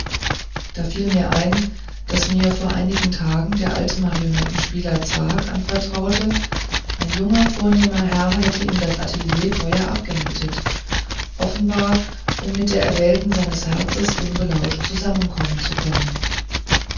da fiel mir ein daß mir vor einigen tagen der alte marionettenspieler zwakh anvertraute ein junger vornehmer herr hätte ihm das atelier teuer abgemietet offenbar um mit der erwählten seines herzens unbelauscht zusammenkommen zu können